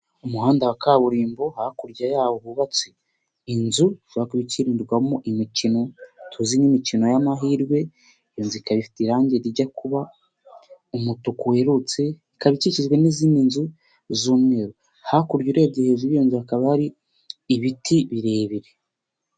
Umuhanda wa kaburimbo, hakurya yawo hubatse inzu ishobora kuba ikinirwamo imikino tuzi nk'imikino y'amahirwe, iyo nzu ikaba ifite irangi rijya kuba umutuku weherutse, ikaba ikikijwe n'izindi nzu z'umweru. Hakurya urebye hejuru y'iyo nzu hakaba hari ibiti birebire.